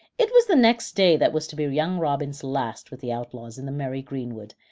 it was the next day that was to be young robin's last with the outlaws in the merry greenwood,